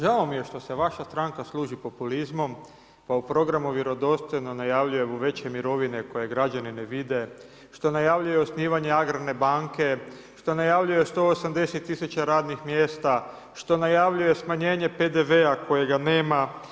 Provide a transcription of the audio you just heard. Žao mi je što se vaša stranka služi populizmom pa u programu vjerodostojno najavljuje veće mirovine koje građani ne vide, što najavljuje osnivanje agrarne banke, što najavljuje 180 tisuća radnih mjesta, što najavljuje smanjenje PDV-a kojega nema.